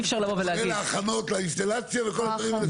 אתה מדבר להכנות לאינסטלציה וכל זה.